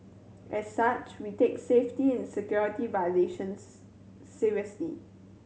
as such we take safety and security violations seriously